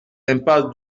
impasse